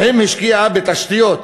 האם היא השקיעה בתשתיות?